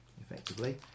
effectively